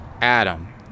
Adam